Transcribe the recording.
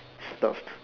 stops